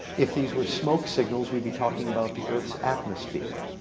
if these were smoke signals, we'd be talking about the earth's atmosphere.